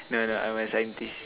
no no I'm a scientist